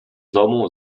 domu